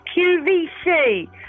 QVC